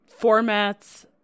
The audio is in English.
formats